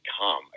come